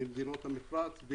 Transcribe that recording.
ממדינות המפרץ,